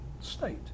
state